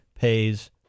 pays